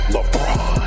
LeBron